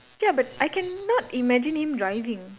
ya but I cannot imagine him driving